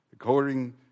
According